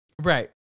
Right